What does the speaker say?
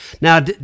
Now